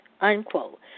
unquote